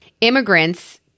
immigrants